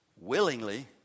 willingly